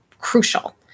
crucial